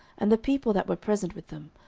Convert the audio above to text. and the people that were present with them,